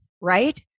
right